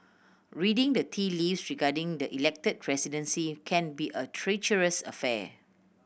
reading the tea leaves regarding the Elected Presidency can be a treacherous affair